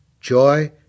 joy